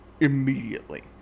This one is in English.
immediately